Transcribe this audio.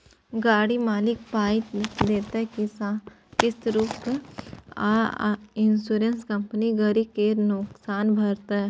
गाड़ी मालिक पाइ देतै किस्त रुपे आ इंश्योरेंस कंपनी गरी केर नोकसान भरतै